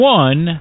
one